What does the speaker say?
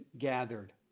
gathered